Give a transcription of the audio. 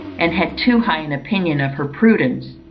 and had too high an opinion of her prudence,